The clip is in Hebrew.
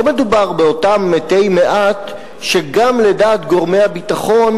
לא מדובר באותם מתי מעט שגם לדעת גורמי הביטחון